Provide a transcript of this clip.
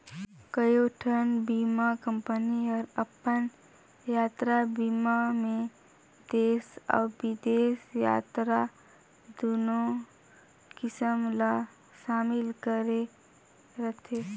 कयोठन बीमा कंपनी हर अपन यातरा बीमा मे देस अउ बिदेस यातरा दुनो किसम ला समिल करे रथे